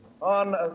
on